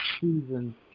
season